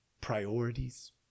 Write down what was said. priorities